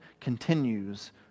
continues